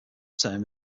term